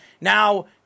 Now